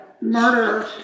murder